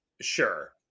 sure